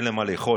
אין להם מה לאכול,